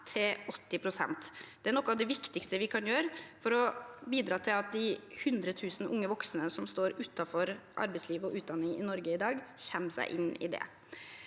til 80 pst. Det er noe av det viktigste vi kan gjøre for å bidra til at de 100 000 unge voksne som står utenfor arbeidslivet og utdanning i Norge i dag, kommer seg inn i det.